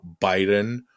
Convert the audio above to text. Biden